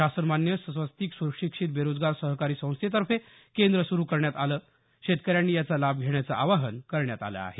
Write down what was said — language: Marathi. शासनमान्य स्वस्तिक सुशिक्षित बेरोजगार सहकारी संस्थेतर्फे केंद्र सुरु करण्यात आलं शेतकऱ्यांनी याचा लाभ घेण्याचं आवाहन करण्यात आलं आहे